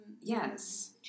yes